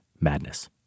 madness